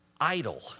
idle